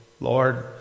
Lord